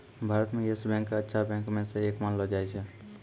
भारत म Yes Bank क अच्छा बैंक म स एक मानलो जाय छै